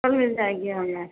کل مل جائے گی ہمیں